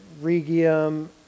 Regium